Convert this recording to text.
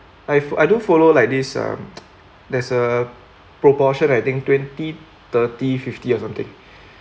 I've I don't follow like this ah that's a proportion I think twenty thirty fifty or something